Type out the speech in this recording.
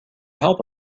help